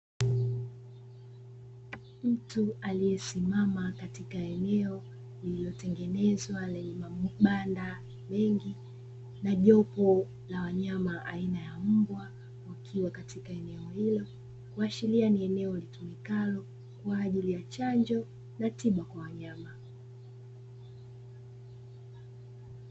Mtu aliyesimama katika eneo lililotengenezwa lenye mabanda mengi na jopo la wanyama aina ya mbwa, wakiwa katika eneo hilo kuashiria ni eneo litumikalo kwaajili ya chanjo na tiba kwa wanyama.